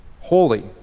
holy